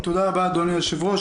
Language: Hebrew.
תודה רבה, אדוני היושב-ראש.